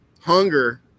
hunger